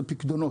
זה פיקדונות.